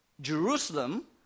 Jerusalem